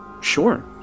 Sure